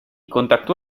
contactó